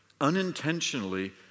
unintentionally